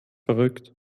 verrückt